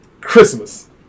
Christmas